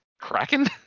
Kraken